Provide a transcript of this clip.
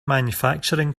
manufacturing